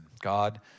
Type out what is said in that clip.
God